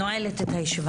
אני נועלת את הישיבה.